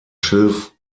schilf